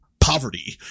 poverty